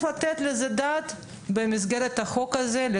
לתת על כך את הדעת במסגרת החוק הזה.